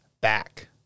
back